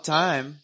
time